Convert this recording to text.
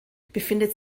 befindet